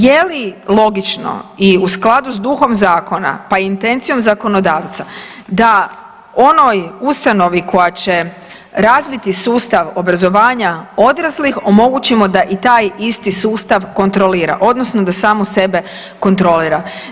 Je li logično i u skladu s duhom zakona, pa intencijom zakonodavca da onoj ustanovi koja će razviti sustav obrazovanja odraslih omogućimo da i taj isti sustav kontrolira odnosno da samu sebe kontrolira?